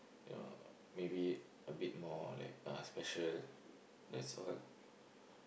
you know maybe a bit more like uh special that's all